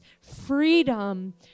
freedom